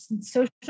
social